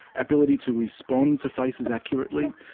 ability to respond to faces accurately.